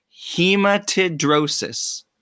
hematidrosis